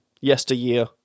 yesteryear